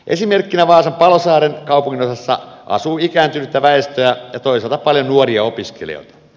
esimerkkinä vaasan palosaaren kaupunginosassa asuu ikääntynyttä väestöä ja toisaalta paljon nuoria opiskelijoita